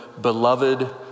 beloved